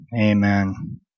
amen